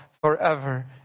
forever